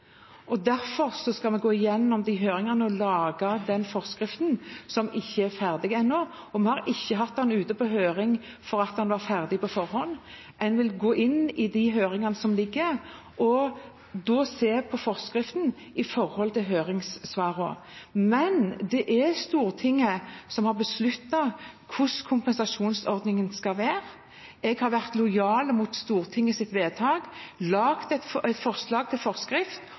Derfor skal vi gå igjennom disse høringssvarene og lage den forskriften, som ikke er ferdig ennå. Vi har ikke hatt den ute på høring for at den var ferdig på forhånd. En vil gå inn i de høringssvarene som foreligger, og da se på forskriften i forhold til høringssvarene. Men det er Stortinget som har besluttet hvordan kompensasjonsordningen skal være. Jeg har vært lojal overfor Stortingets vedtak, laget et forslag til forskrift